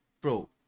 bro